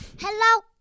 Hello